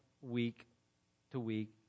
week-to-week